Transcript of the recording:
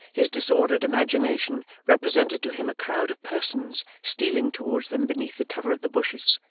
his disordered imagination represented to him a crowd of persons stealing towards them beneath the cover of the bushes,